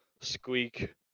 Squeak